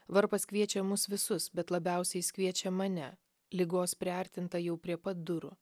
varpas kviečia mus visus bet labiausiai jis kviečia mane ligos priartintą jau prie pat durų